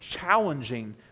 challenging